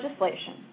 legislation